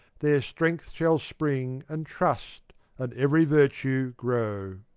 there strength shall spring and trust and every virtue grow.